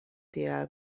tiel